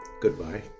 Goodbye